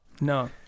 No